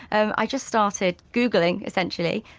and i just started googling, essentially,